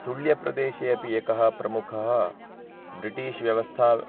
सुळ्यप्रदेशे अपि एकः प्रमुखः ब्रिटीश् व्यवस्था